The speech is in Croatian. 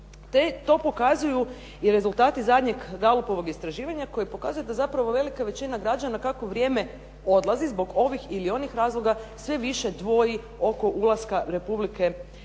to pokazuju i rezultati zadnjeg …/Govornica se ne razumije./… istraživanja koje pokazuje da zapravo velika većina građana, kako vrijeme odlazi, zbog ovih ili onih razloga sve više dvoji oko ulaska Republike Hrvatske